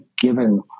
given